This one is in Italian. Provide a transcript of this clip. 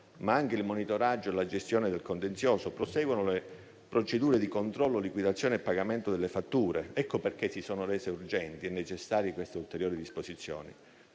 ma anche il monitoraggio e la gestione del contenzioso; proseguono le procedure di controllo, liquidazione e pagamento delle fatture. Ecco perché si sono rese urgenti e necessarie queste ulteriori disposizioni,